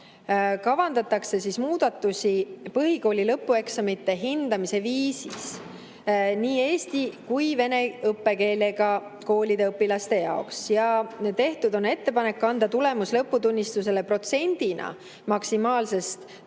kavandatakse muudatusi põhikooli lõpueksamite hindamise viisis, seda nii eesti kui ka vene õppekeelega koolide õpilaste jaoks. Tehtud on ettepanek kanda tulemus lõputunnistusele protsendina maksimaalsest tulemusest,